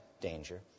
danger